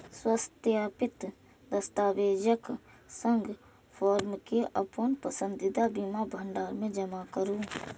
स्वसत्यापित दस्तावेजक संग फॉर्म कें अपन पसंदीदा बीमा भंडार मे जमा करू